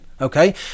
okay